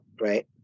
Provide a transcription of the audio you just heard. right